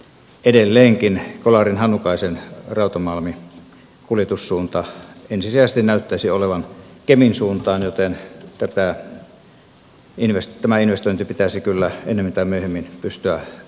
edelleenkin kolarin hannukaisen rautamalmin kuljetussuunta ensisijaisesti näyttäisi olevan kemin suuntaan joten tämä investointi pitäisi kyllä ennemmin tai myöhemmin pystyä toteuttamaan